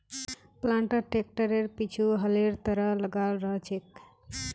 planter ट्रैक्टरेर पीछु हलेर तरह लगाल रह छेक